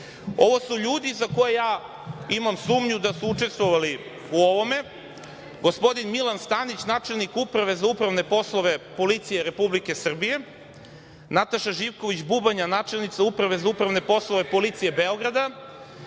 Ovo su ljudi za koju ja imam sumnju da su učestvovali u ovome, gospodin Milan Stanić, načelnik Uprave za upravne poslove policije Republike Srbije, Nataša Živković Bubanja, načelnica Uprave za upravne poslove policije Beograda